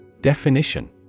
Definition